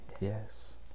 Yes